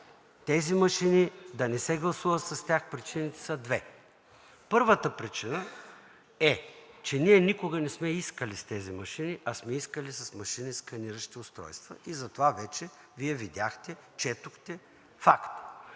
да иска да не се гласува с тези машини са две. Първата причина е, че ние никога не сме искали с тези машини, а сме искали с машини със сканиращи устройства, и за това вече Вие видяхте, четохте – факт.